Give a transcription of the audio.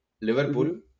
Liverpool